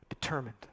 determined